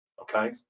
okay